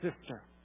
sister